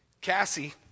Cassie